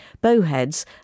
bowheads